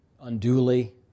unduly